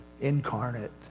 incarnate